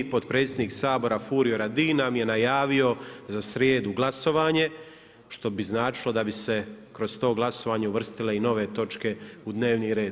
Potpredsjednik Sabora Furio Radin nam je najavio za srijedu glasovanje što bi značilo da bi se kroz to glasovanje uvrstile i nove točke u dnevni red.